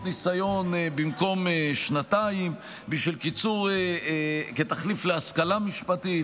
ניסיון במקום שנתיים כתחליף להשכלה משפטית,